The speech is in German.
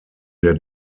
der